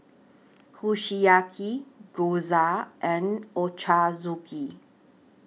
Kushiyaki Gyoza and Ochazuke